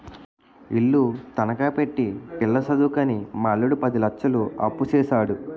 ఇల్లు తనఖా పెట్టి పిల్ల సదువుకని మా అల్లుడు పది లచ్చలు అప్పుసేసాడు